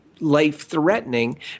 Life-threatening